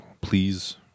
please